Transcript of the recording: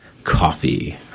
coffee